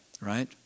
Right